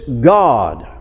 God